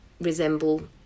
resemble